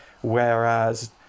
whereas